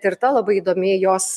tirta labai įdomi jos